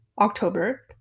October